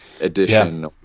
edition